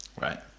right